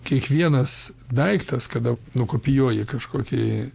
kiekvienas daiktas kada nukopijuoji kažkokį